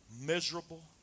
miserable